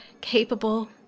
capable